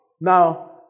Now